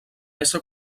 ésser